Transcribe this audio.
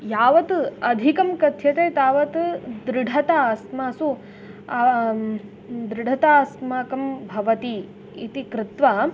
यावत् अधिकं कथ्यते तावत् दृढता अस्मासु दृढता अस्माकं भवति इति कृत्वा